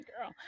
girl